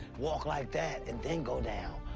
walk like that and then go down.